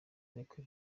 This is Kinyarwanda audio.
ariko